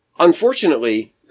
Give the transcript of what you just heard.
Unfortunately